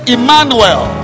Emmanuel